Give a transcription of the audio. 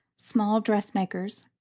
small dress-makers,